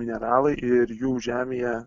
mineralai ir jų žemėje